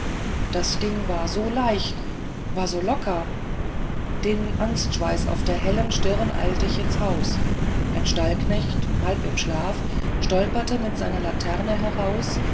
das ding war so leicht war so locker den angstschweiß auf der stirn eil ich ins haus ein stallknecht halb im schlaf stolpert mit seiner laterne heraus